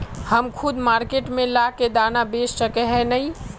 हम खुद मार्केट में ला के दाना बेच सके है नय?